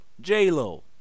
J-Lo